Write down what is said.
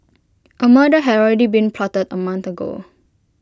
A murder had already been plotted A month ago